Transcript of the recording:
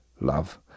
love